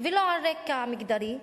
ולא על רקע מגדרי?